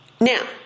Now